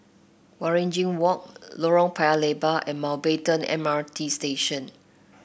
Waringin Walk Lorong Paya Lebar and Mountbatten M R T Station